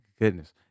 goodness